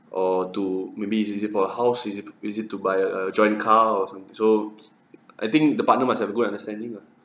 or to maybe is use it for a house is it is it to buy a joined car or something so I think the partner must have good understanding lah